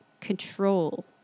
control